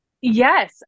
Yes